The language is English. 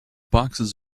boxes